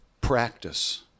practice